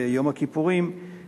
אנחנו עוברים לנושא השני,